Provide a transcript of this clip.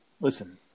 Listen